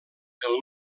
del